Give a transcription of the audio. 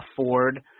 afford